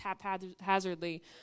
haphazardly